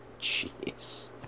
Jeez